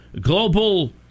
global